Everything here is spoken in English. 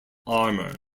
armour